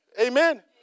Amen